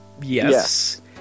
Yes